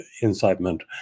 incitement